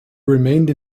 remained